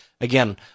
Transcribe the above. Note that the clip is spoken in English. Again